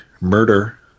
murder